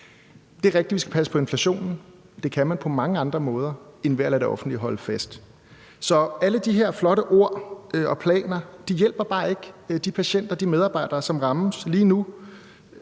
Det er rigtigt, at vi skal passe på inflationen, men det kan man gøre på mange andre måder end ved at lade det offentlige holde for. Så alle de her flotte ord og planer hjælper bare ikke de patienter og de medarbejdere, som lige nu